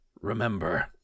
Remember